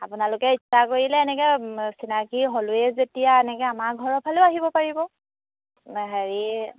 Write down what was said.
আপোনালোকে ইচ্ছা কৰিলে এনেকৈ চিনাকী হ'লোৱে যেতিয়া এনেকৈ আমাৰ ঘৰৰ ফালেও আহিব পাৰিব হেৰি